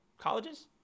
colleges